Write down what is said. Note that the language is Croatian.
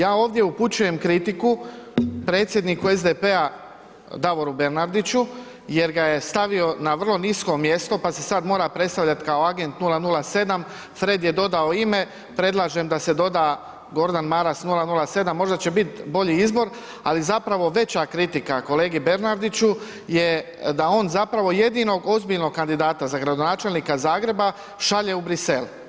Ja ovdje upućujem kritiku predsjedniku SDP-a Davoru Bernardiću jer ga je stavio na vrlo nisko mjesto, pa se sad mora predstavljat kao Agent 007, Fred je dodao ime, predlažem da se doda Gordan Maras 007, možda će bit bolji izbor, ali zapravo veća kritika kolegi Bernardiću je da on zapravo jedinog ozbiljnog kandidata za gradonačelnika Zagreba šalje u Brisel.